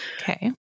Okay